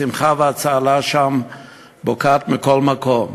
השמחה והצהלה שם בוקעות מכל מקום.